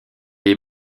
est